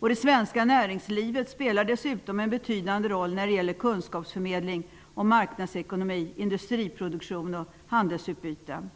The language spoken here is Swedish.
Det svenska näringslivet spelar dessutom en betydande roll när det gäller kunskapsförmedling om marknadsekonomi, industriproduktion och handelsutbyte.